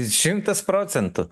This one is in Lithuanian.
šimtas procentų